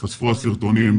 כשייחשפו הסרטונים,